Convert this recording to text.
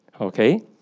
Okay